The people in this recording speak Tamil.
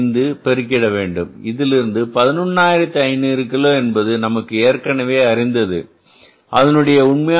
5 பெருகிட வேண்டும் இதிலிருந்து 11500 கிலோ என்பது நமக்கு ஏற்கனவே அறிந்தது அதனுடைய உண்மை நிலை ரூபாய் 2